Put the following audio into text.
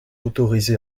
autorisé